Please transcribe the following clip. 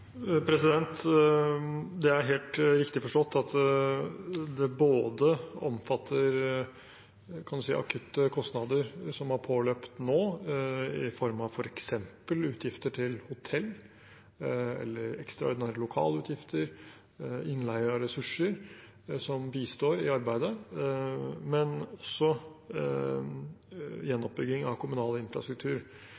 at det omfatter akutte kostnader som nå har påløpt i form av f.eks. utgifter til hotell, ekstraordinære utgifter til lokaler og innleie av ressurser som bistår i arbeidet. Det omfatter også